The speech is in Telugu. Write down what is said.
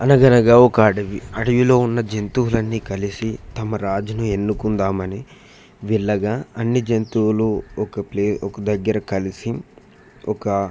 అనగనగా ఒక అడవి అడవిలో ఉన్న జంతువులన్నీ కలిసి తమ రాజుని ఎన్నుకుందామని వెళ్ళగా అన్ని జంతువులూ ఒక ప్లే ఒక దగ్గర కలిసి ఒక